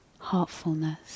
heartfulness